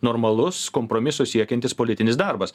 normalus kompromisų siekiantis politinis darbas